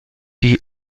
die